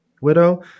Widow